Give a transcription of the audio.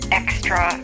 extra